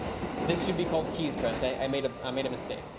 this should be called keys pressed. i made um made a mistake.